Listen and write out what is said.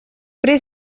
при